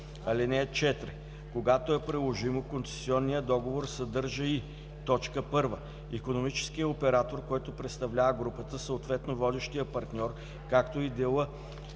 № 5. (4) Когато е приложимо, концесионният договор съдържа и: 1. икономическия оператор, който представлява групата, съответно водещият партньор, както и дела